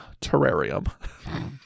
terrarium